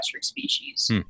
species